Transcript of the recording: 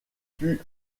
fut